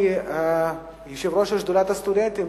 כיושב-ראש שדולת הסטודנטים,